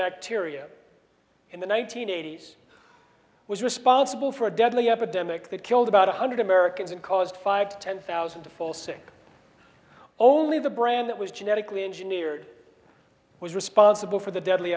bacteria in the one nine hundred eighty s was responsible for a deadly epidemic that killed about one hundred americans and caused five to ten thousand to fall sick only the brand that was genetically engineered was responsible for the deadly